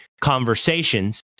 conversations